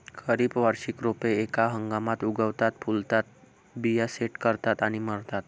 खरी वार्षिक रोपे एका हंगामात उगवतात, फुलतात, बिया सेट करतात आणि मरतात